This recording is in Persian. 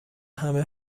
همه